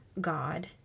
God